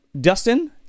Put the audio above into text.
Dustin